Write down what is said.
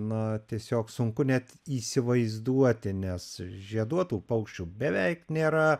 na tiesiog sunku net įsivaizduoti nes žieduotų paukščių beveik nėra